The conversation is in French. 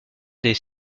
des